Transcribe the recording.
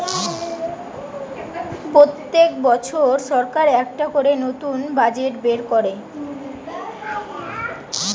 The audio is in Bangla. পোত্তেক বছর সরকার একটা করে নতুন বাজেট বের কোরে